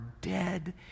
dead